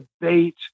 debate